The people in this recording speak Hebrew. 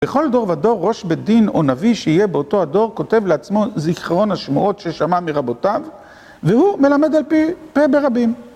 בכל דור ודור ראש בית דין או נביא שיהיה באותו הדור כותב לעצמו זיכרון השמועות ששמע מרבותיו והוא מלמד על פי ברבים